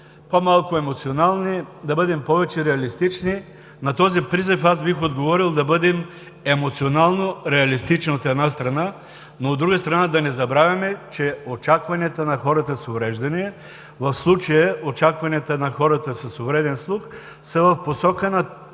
по-малко емоционални, да бъдем повече реалистични. На този призив аз бих отговорил: да бъдем емоционално реалистични, от една страна, но, от друга страна, да не забравяме, че очакванията на хората с увреждания, в случая очакванията на хората с увреден слух, са в посока на